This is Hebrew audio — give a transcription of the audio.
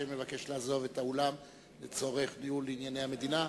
שמבקש לעזוב את האולם לצורך ניהול ענייני המדינה.